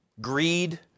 greed